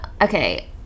Okay